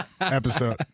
episode